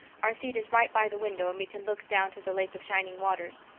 our seat is right by the window and we can look down to the lake of shining waters.